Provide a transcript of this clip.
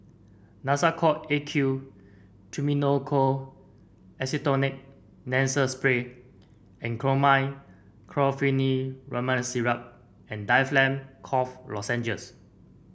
Nasacort A Q Triamcinolone Acetonide Nasal Spray and Chlormine Chlorpheniramine Syrup and Difflam Cough Lozenges